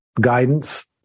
guidance